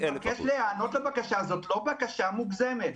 אני מבקש להיענות לבקשה הזו, זו לא בקשה מוגזמת.